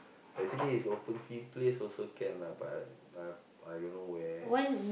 actually it's open field place also can lah but I I I don't know where